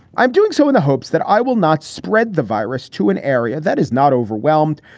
i'm doing so in the hopes that i will not spread the virus to an area that is not overwhelmed,